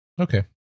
Okay